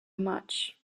much